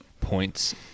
points